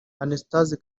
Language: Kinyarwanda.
anastase